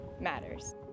matters